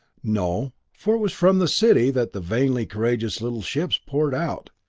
no, for it was from the city that the vainly courageous little ships poured out.